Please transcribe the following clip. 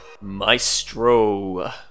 Maestro